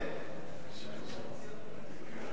העשירים נעשים יותר עשירים.